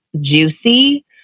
juicy